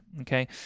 Okay